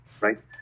right